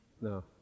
No